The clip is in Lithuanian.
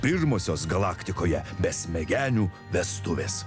pirmosios galaktikoje besmegenių vestuvės